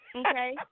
okay